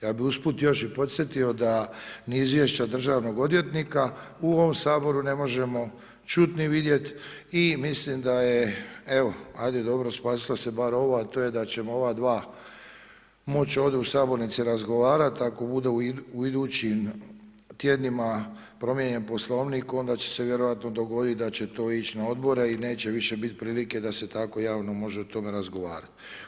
Ja bi usput još i podsjetio da ni izvješća Državnog odvjetnika, u ovom Saboru ne možemo čuti ni vidjeti i mislim da je, evo, ajde dobro, spasilo se bar ovo, a to je da ćemo ova 2 moći ovdje u sabornici razgovarati, ako bude u idućim tjednima promijenjen Poslovnik, onda će se vjerojatno dogoditi da će to ići na odbore i neće više biti prilike, da se tako javno može o tome razgovarati.